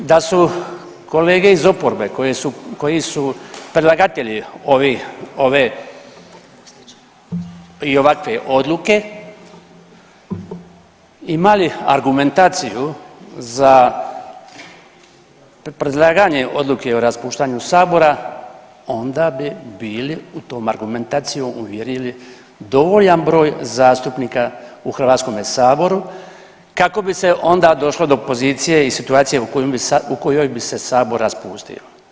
Da su kolege iz oporbe koji su predlagatelji ove i ovakve odluke imali argumentaciju za predlaganje odluke o raspuštanju Sabora, onda bi bili u tom argumentacijom uvjerili dovoljan broj zastupnika u HS-u kako bi se onda došlo do pozicije i situacije u kojoj bi se Sabor raspustio.